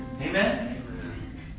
Amen